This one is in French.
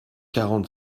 quatre